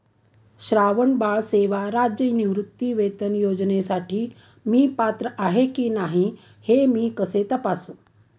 श्रावणबाळ सेवा राज्य निवृत्तीवेतन योजनेसाठी मी पात्र आहे की नाही हे मी कसे तपासू?